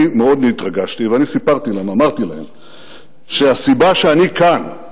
אני מאוד התרגשתי וסיפרתי להם שהסיבה שאני כאן,